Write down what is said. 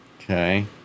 Okay